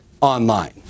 online